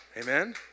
Amen